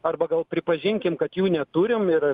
arba gal pripažinkim kad jų neturim ir